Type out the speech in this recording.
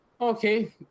okay